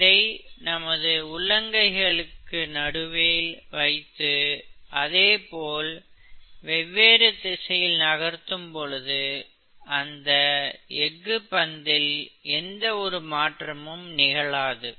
இதை நமது உள்ளங்கைக்கு நடுவில் வைத்து அதே போல் வெவ்வேறு திசையில் நகர்த்தும் பொழுது அந்த எஃகு பந்தில் எந்த ஒரு மாற்றமும் நிகழாது